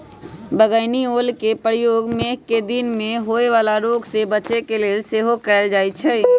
बइगनि ओलके प्रयोग मेघकें दिन में होय वला रोग से बच्चे के लेल सेहो कएल जाइ छइ